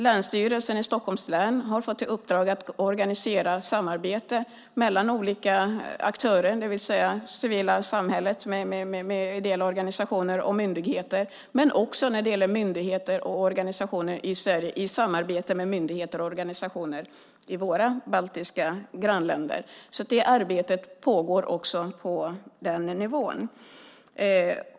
Länsstyrelsen i Stockholms län har fått i uppdrag att organisera samarbete mellan olika aktörer, det vill säga det civila samhället med ideella organisatörer och myndigheter. Det gäller också myndigheter och organisationer i Sverige i samarbete med myndigheter och organisationer i våra baltiska grannländer. Arbete pågår också på den nivån.